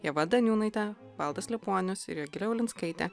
ieva daniūnaitė valdas liepuonius ir jogilė ulinskaitė